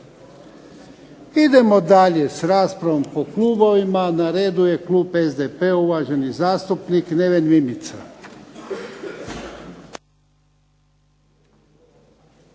Idemo dalje s raspravom po klubovima. Na redu je klub SDP-a, uvaženi zastupnik Neven Mimica.